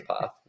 path